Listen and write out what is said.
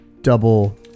double